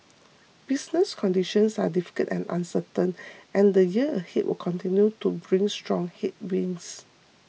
business conditions are difficult and uncertain and the year ahead will continue to bring strong headwinds